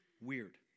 weird